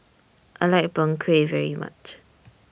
I like Png Kueh very much